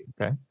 okay